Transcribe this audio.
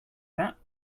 that